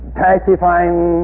testifying